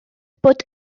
bod